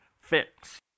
fix